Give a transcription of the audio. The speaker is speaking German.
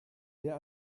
der